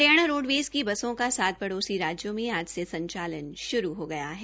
Haryana roadways की बसों का सात पड़ोसी राज्यों में आज से संचालन श्रू हो गया है